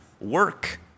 work